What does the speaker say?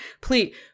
please